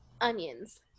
onions